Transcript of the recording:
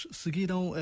seguiram